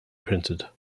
printed